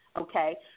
okay